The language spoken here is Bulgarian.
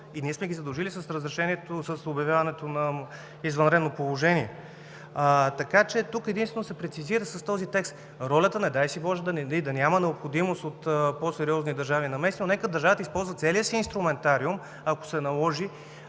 и ние сме ги задължили с обявяването на извънредно положение. Така че тук единствено се прецизира с този текст ролята, не дай боже, нали, да няма необходимост от по-сериозни държавни намеси, но нека държавата да използва целия си инструментариум, ако се наложи,